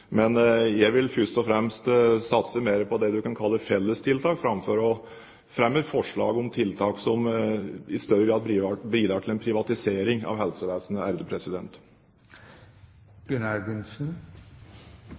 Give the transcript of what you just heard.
det en kan kalle fellestiltak, framfor å fremme forslag om tiltak som i større grad bidrar til en privatisering av helsevesenet.